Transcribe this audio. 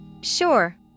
Sure